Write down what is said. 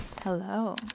Hello